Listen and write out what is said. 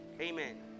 Amen